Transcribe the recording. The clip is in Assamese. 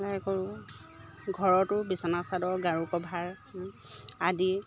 তেনেকৈ কৰোঁ ঘৰতো বিছনাচাদৰ গাৰুকভাৰ আদি